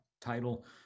title